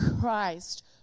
Christ